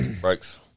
Breaks